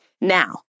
Now